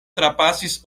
trapasis